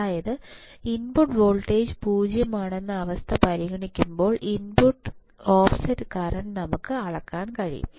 അതായത് input voltage 0 ആണെന്ന അവസ്ഥ പരിഗണിക്കുമ്പോൾ ഇൻപുട്ട് ഓഫ്സെറ്റ് കറന്റ് നമുക്ക് അളക്കാൻ കഴിയും